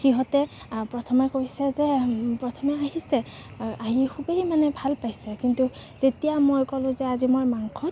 সিহঁতে প্ৰথমে কৈছে যে প্ৰথমে আহিছে আহি খুবেই মানে ভাল পাইছে কিন্তু যেতিয়া মই ক'লো যে আজি মই মাংসত